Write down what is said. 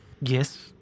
Yes